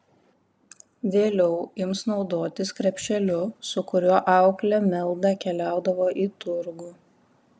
vėliau ims naudotis krepšeliu su kuriuo auklė meldą keliaudavo į turgų